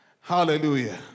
Hallelujah